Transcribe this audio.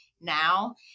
now